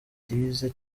batize